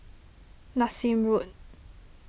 Nassim Road